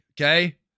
Okay